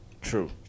True